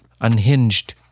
unhinged